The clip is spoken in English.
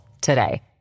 today